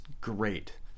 great